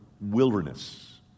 wilderness